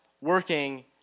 working